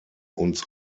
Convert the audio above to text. uns